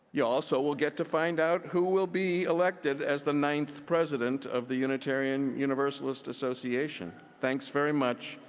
you also will get to find out who will be elected as the ninth president of the unitarian universalist association. thanks very much.